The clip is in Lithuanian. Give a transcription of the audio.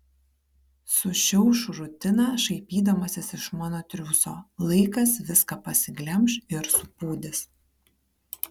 sušiauš rutiną šaipydamasis iš mano triūso laikas viską pasiglemš ir supūdys